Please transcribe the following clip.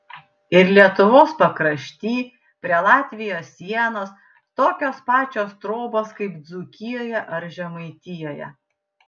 ir lietuvos pakrašty prie latvijos sienos tokios pačios trobos kaip dzūkijoje ar žemaitijoje